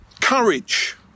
courage